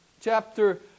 chapter